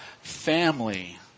family